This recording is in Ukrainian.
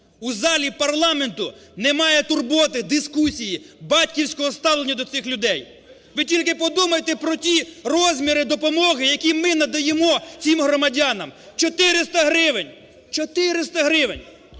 У залі парламенту немає турботи, дискусії, батьківського ставлення до цих людей. Ви тільки подумайте про ті розміри допомоги, які ми надаємо цим громадянам. 400 гривень! 400 гривень!